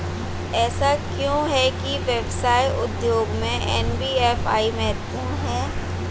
ऐसा क्यों है कि व्यवसाय उद्योग में एन.बी.एफ.आई महत्वपूर्ण है?